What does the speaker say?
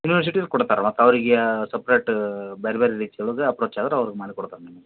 ಯೂನಿವರ್ಸಿಟಿಯವ್ರು ಕೊಡ್ತಾರೆ ಮತ್ತು ಅವ್ರಿಗೆ ಸಪ್ರೇಟ್ ಬೇರೆಬೇರ್ ರೀತಿ ಒಳಗೆ ಅಪ್ಪ್ರೋಚ್ ಆದರೆ ಅವ್ರು ಮಾಡಿ ಕೊಡ್ತಾರೆ ನಿಮಗೆ